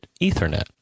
Ethernet